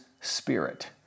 spirit